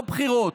לא בחירות,